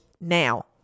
now